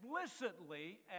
explicitly